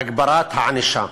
הגברת הענישה,